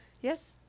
yes